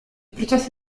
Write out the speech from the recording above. processo